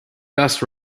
dust